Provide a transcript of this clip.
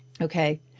okay